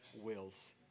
wills